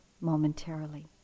momentarily